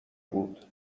بود